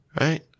Right